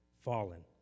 fallen